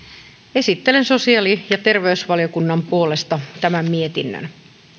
esittelen sosiaali ja terveysvaliokunnan puolesta tämän mietinnön